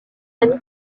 ami